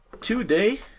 Today